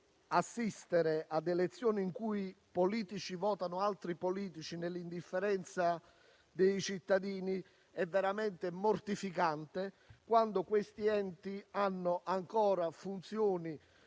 assistere ad un'elezione in cui i politici votano altri politici, nell'indifferenza dei cittadini, è veramente mortificante, quando questi enti hanno ancora funzioni